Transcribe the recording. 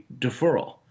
deferral